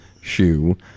shoe